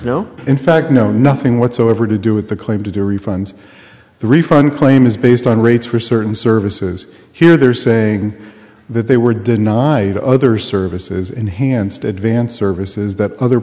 no in fact no nothing whatsoever to do with the claim to the refunds the refund claim is based on rates for certain services here they're saying that they were denied other services enhanced advance services that other